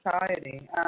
society